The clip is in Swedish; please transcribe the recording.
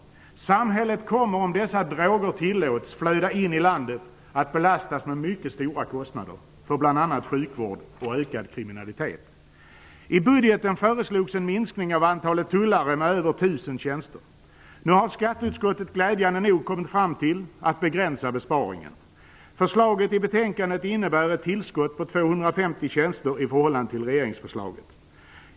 Om dessa droger tillåts flöda in i landet kommer samhället att belastas med mycket stora kostnader för bl.a. sjukvård och ökad kriminalitet. I budgeten föreslogs en minskning av antalet tullare med över tusen tjänster. Nu har skatteutskottet glädjande nog kommit fram till att man skall begränsa besparingen. Förslaget i betänkandet innebär ett tillskott på 250 tjänster i förhållande till regeringens förslag.